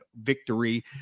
victory